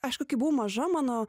aišku kai buvau maža mano